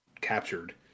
captured